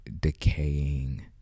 decaying